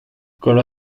gura